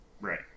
right